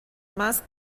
más